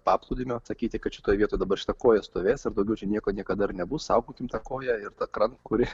paplūdimio atsakyti kad šitoje vietoj dabar šita koja stovės ar daugiau čia nieko niekada nebus saugokim tą koją ir tą krantą kuris